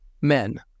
men